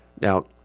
Now